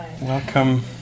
Welcome